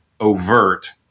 overt